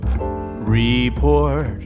report